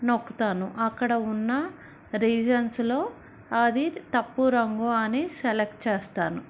నొక్కుతాను అక్కడ ఉన్న రీజన్స్లో అది తప్పు రంగు అని సెలెక్ట్ చేస్తాను